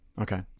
Okay